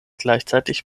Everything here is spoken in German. gleichzeitig